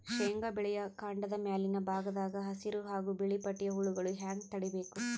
ಶೇಂಗಾ ಬೆಳೆಯ ಕಾಂಡದ ಮ್ಯಾಲಿನ ಭಾಗದಾಗ ಹಸಿರು ಹಾಗೂ ಬಿಳಿಪಟ್ಟಿಯ ಹುಳುಗಳು ಹ್ಯಾಂಗ್ ತಡೀಬೇಕು?